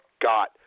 got